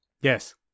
Yes